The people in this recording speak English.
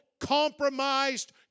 compromised